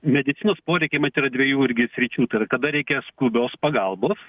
medicinos poreikiai mat yra dviejų irgi sričių tai yra kada reikia skubios pagalbos